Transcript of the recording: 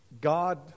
God